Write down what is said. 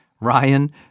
Ryan